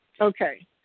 Okay